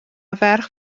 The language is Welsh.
ferch